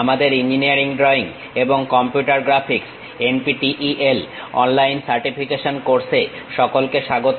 আমাদের engineering drawing এবং computer graphics NPTEL online certification course এ সকলকে স্বাগত